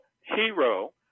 hero